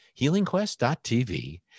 healingquest.tv